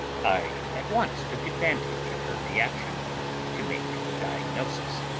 i at once took advantage of her reaction to make a diagnosis.